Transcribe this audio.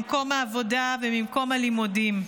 ממקום העבודה וממקום הלימודים.